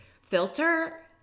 filter